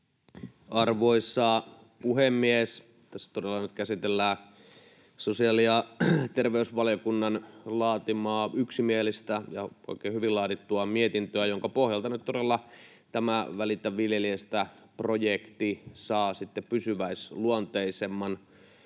Arvoisa puhemies! Tässä todella nyt käsitellään sosiaali- ja terveysvaliokunnan laatimaa yksimielistä ja oikein hyvin laadittua mietintöä, jonka pohjalta nyt todella tämä Välitä viljelijästä ‑projekti saa sitten pysyväisluonteisemman